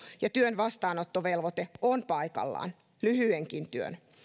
ja työn vastaanottovelvoite on paikallaan lyhyenkin työn